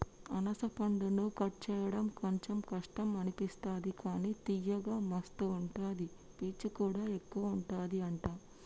అనాస పండును కట్ చేయడం కొంచెం కష్టం అనిపిస్తది కానీ తియ్యగా మస్తు ఉంటది పీచు కూడా ఎక్కువుంటది అంట